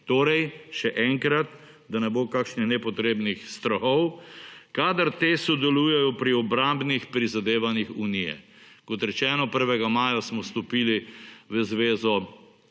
Torej, še enkrat, da ne bo kakšnih nepotrebnih strahov, kadar te sodelujejo pri obrambnih prizadevanjih Unije. Kot rečeno, 1. maja smo stopili v Zvezo